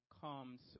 comes